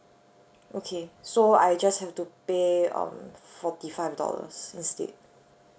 okay so I just have to pay um forty five dollars instead